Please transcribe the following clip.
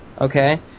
okay